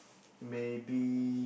maybe